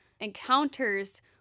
encounters